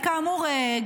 כאמור,